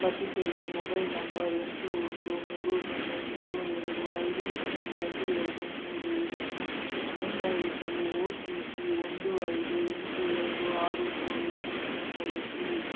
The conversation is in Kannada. ಲಸಿಕೆಗೆ ಮೊಬೈಲ್ ನಂಬರ್ ಎಂಟು ಒಂದು ಮೂರು ಸೊನ್ನೆ ಮೂರು ಎರಡು ಐದು ಸೊನ್ನೆ ಎರಡು ಎರಡು ಮೂರು ಇದನ್ನು ನೋಂದಾಯಿಸಲು ಓ ಟಿ ಪಿ ಒಂದು ಐದು ಎಂಟು ಎರಡು ಆರು ಮೂರು ಇದನ್ನು ಬಳಸಿ